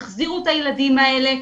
תחזירו את הילדים האלה,